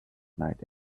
night